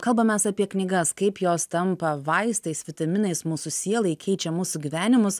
kalbamės apie knygas kaip jos tampa vaistais vitaminais mūsų sielai keičia mūsų gyvenimus